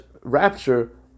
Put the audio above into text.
rapture